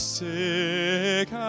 sick